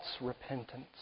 repentance